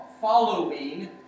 following